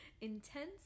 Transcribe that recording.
intense